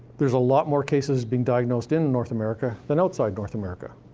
there's a lot more cases being diagnosed in north america than outside north america.